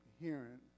hearing